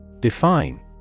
Define